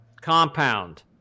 compound